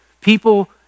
People